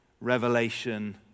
revelation